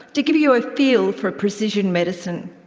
to give you a feel for precision medicine.